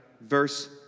verse